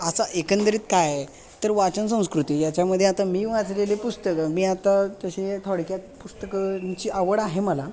आता एकंदरीत काय तर वाचन संस्कृती याच्यामध्ये आता मी वाचलेली पुस्तकं मी आता तसे थोडक्यात पुस्तकांची आवड आहे मला